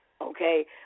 Okay